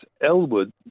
Elwood